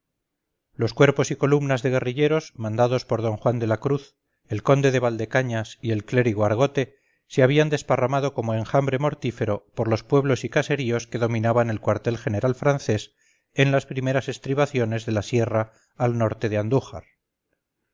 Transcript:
los cuerpos y columnas de guerrilleros mandados por d juan de la cruz el conde de valdecañas y el clérigo argote se habían desparramado como enjambre mortífero por los pueblos y caseríos que dominaban el cuartel general francés en las primeras estribaciones de la sierra al norte de andújar